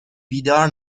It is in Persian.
بیدار